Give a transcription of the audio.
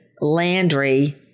Landry